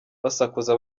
basakuza